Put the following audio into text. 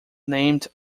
named